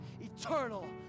eternal